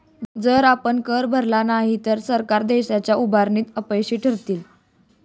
जर आपण कर भरला नाही तर सरकार देशाच्या उभारणीत अपयशी ठरतील